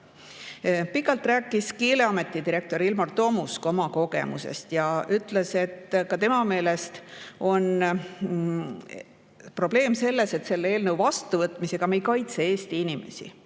Pikalt rääkis Keeleameti direktor Ilmar Tomusk oma kogemusest ja ütles, et ka tema meelest on probleem selles, et selle eelnõu vastuvõtmisega me ei kaitse Eesti inimesi.